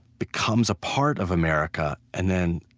becomes a part of america, and then,